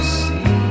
see